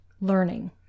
learning